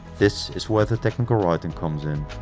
this is where the technical writing comes in.